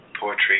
poetry